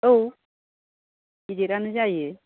औ गिदिरानो जायो